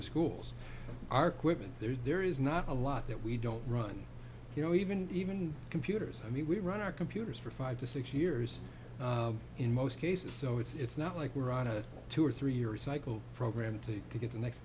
in schools are quick there there is not a lot that we don't run you know even even computers i mean we run our computers for five to six years in most cases so it's not like we're on a two or three years cycle programmed to get the next